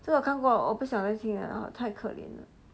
这个我不想再听了太可怜了